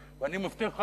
ואני מבטיח לך,